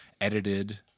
Edited